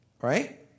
Right